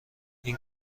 این